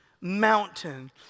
mountain